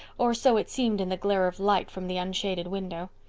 or so it seemed in the glare of light from the unshaded window.